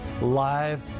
live